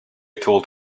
told